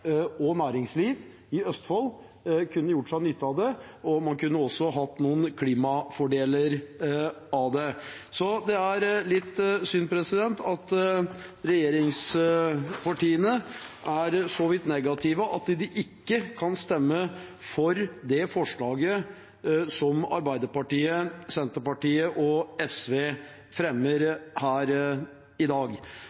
og næringsliv i Østfold kunne gjort seg nytte av det. Man kunne også hatt noen klimafordeler av det. Det er litt synd at regjeringspartiene er så vidt negative at de ikke kan stemme for det forslaget som Arbeiderpartiet, Senterpartiet og SV fremmer